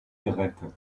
gerettet